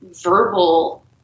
verbal